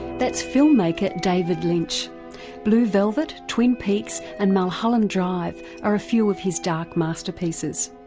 that's film maker david lynch blue velvet, twin peaks and mulholland drive are a few of his dark masterpieces.